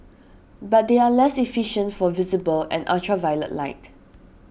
but they are less efficient for visible and ultraviolet light